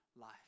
life